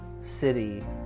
city